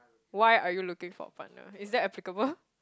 why are you looking for a partner is that applicable